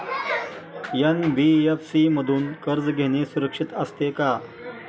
NBFC मधून कर्ज घेणे सुरक्षित असते का?